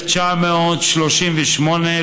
1938,